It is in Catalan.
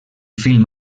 film